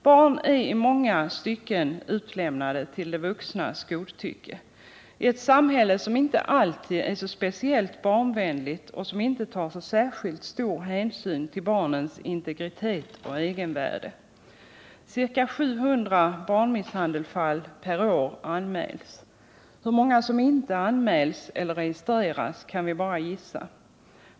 Barn är i många stycken utlämnade till de vuxnas godtycke, i ett samhälle som inte alltid är speciellt barnvänligt och som inte tar så särskilt stor hänsyn till barnens integritet och egenvärde. Ca 700 barnmisshandelsfall per år anmäls. Hur många som inte anmäls eller registreras kan vi bara gissa.